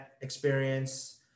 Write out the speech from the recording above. experience